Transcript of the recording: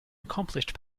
accomplished